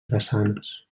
drassanes